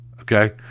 Okay